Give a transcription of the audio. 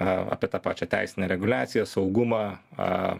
a apie tą pačią teisinę reguliaciją saugumą a